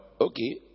Okay